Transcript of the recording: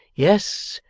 yes,